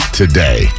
today